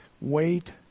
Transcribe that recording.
Wait